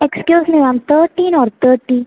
excuse me ma'am thirteen or thirty